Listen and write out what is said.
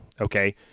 okay